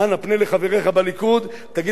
תגיד להם שהם עדיין יכולים להיכנס למליאה